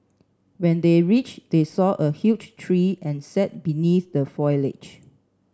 when they reached they saw a huge tree and sat beneath the foliage